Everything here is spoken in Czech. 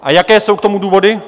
A jaké jsou k tomu důvody?